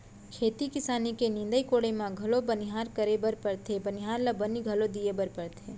खेती किसानी के निंदाई कोड़ाई म घलौ बनिहार करे बर परथे बनिहार ल बनी घलौ दिये बर परथे